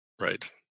Right